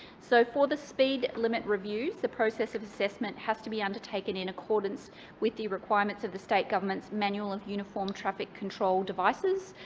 so for the speed limit review, a process of assessment has to be undertaken in accordance with the requirements of the state government's manual of uniform traffic control devices,